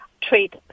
treat